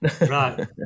Right